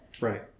right